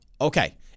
okay